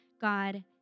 God